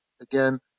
again